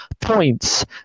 points